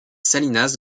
salinas